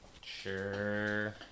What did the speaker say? Sure